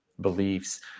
beliefs